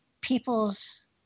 people's